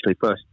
first